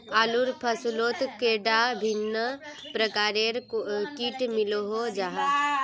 आलूर फसलोत कैडा भिन्न प्रकारेर किट मिलोहो जाहा?